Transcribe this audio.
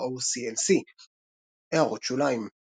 באתר OCLC == הערות שוליים ==